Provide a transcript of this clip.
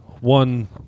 one